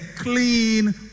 clean